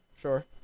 sure